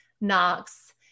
Knox